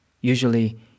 usually